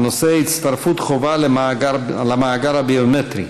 והנושא הוא: הצטרפות חובה למאגר הביומטרי.